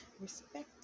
respect